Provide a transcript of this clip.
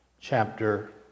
chapter